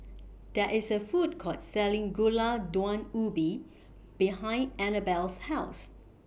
There IS A Food Court Selling Gulai Daun Ubi behind Annabell's House